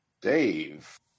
Dave